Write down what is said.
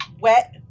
wet